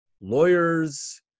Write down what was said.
lawyers